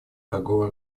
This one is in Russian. торговой